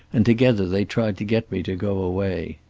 and together they tried to get me to go away.